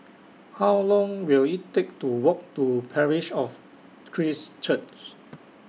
How Long Will IT Take to Walk to Parish of Christ Church